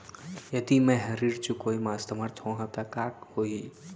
यदि मैं ह ऋण चुकोय म असमर्थ होहा त का होही?